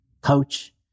Coach